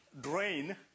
drain